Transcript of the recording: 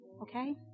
Okay